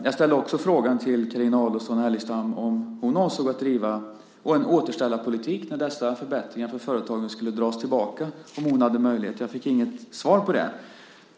Jag ställde också frågan till Carina Adolfsson Elgestam om hon avsåg att driva en återställarpolitik där dessa förbättringar för företagen skulle dras tillbaka om hon hade möjlighet. Jag fick inget svar på den frågan.